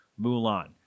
Mulan